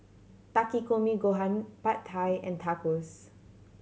Takikomi Gohan Pad Thai and Tacos